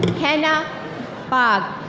kenya bog.